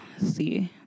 see